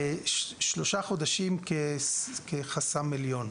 שלושה חודשים כחסם עליון.